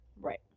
Right